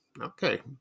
okay